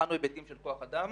בחנו היבטים של כוח אדם